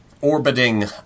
orbiting